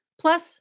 plus